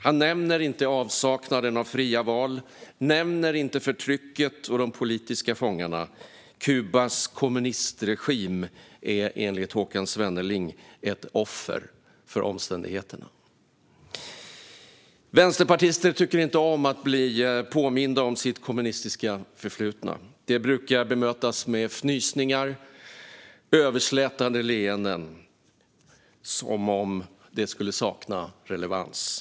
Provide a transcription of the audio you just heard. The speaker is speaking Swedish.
Han nämner inte avsaknaden av fria val, och han nämner inte förtrycket och de politiska fångarna. Kubas kommunistregim är enligt Håkan Svenneling ett offer för omständigheterna. Vänsterpartister tycker inte om att bli påminda om sitt kommunistiska förflutna. Det brukar bemötas med fnysningar och överslätande leenden, som om det skulle sakna relevans.